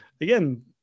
Again